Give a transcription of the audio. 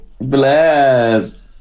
bless